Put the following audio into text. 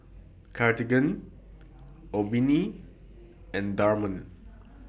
Cartigain Obimin and Dermale